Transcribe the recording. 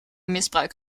misbruik